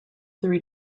three